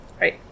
Right